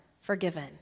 forgiven